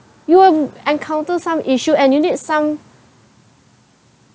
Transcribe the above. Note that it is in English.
you will encounter some issue and you need some